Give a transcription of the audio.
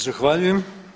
Zahvaljujem.